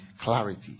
Clarity